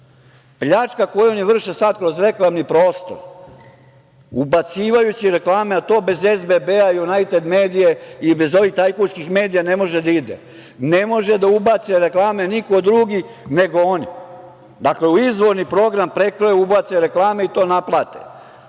Pljačka koju oni vrše sad kroz reklamni prostor, ubacivajući reklame, a to bez SBB, Junajted medije i ovih tajkunskih medija ne može da ide, ne može da ubace reklame niko drugi nego oni. Dakle, u izvorni program prekroje, ubace reklame i to naplate. Ko